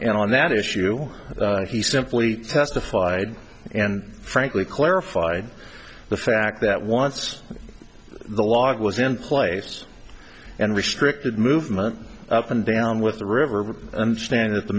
and on that issue he simply testified and frankly clarified the fact that once the log was in place and restricted movement up and down with the river and stand at the